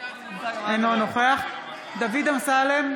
אינו נוכח דוד אמסלם,